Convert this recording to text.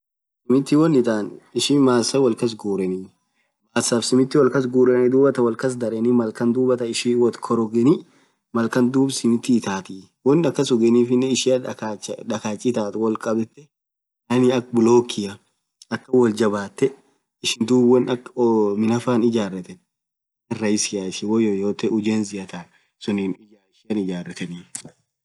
Simithi won itan massan wol kas ghureni masaf simithi wolkas ghureni dhuathan walkas dhareni malkan dhuathan ishi walkas korogeni malkan dhub simithi itathi won kas ugenifinen ishia dhakach itathu wolkabethe yaani akha bulokia akhan woth jabathe ishin dhub won akha minaafaa ijrethen rahisia ishin won yoyote ujezi ithathe sunin akhum fedhen ijaretheni